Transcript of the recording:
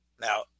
Now